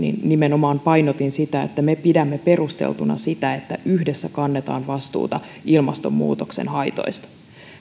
nimenomaan painotin sitä että me pidämme perusteltuna sitä että yhdessä kannetaan vastuuta ilmastonmuutoksen haitoista